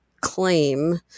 claim